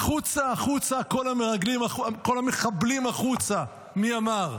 "החוצה, החוצה, כל המחבלים החוצה" מי אמר?